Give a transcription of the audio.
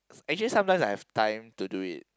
actually sometimes I have time to do it